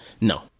no